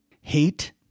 Hate